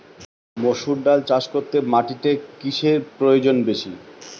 মুসুর ডাল চাষ করতে মাটিতে কিসে প্রয়োজন বেশী?